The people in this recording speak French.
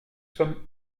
sommes